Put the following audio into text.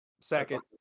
Second